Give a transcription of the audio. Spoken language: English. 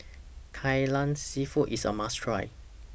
Kai Lan Seafood IS A must Try